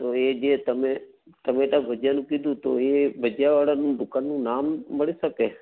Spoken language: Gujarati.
તો એ જે તમે તમે ત્યાં ભજિયાનું કીધું તો એ ભજીયાવાળાનું દુકાનનું નામ મળી શકે